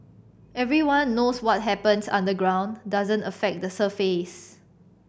everyone knows what happens underground doesn't affect the surface